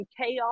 chaos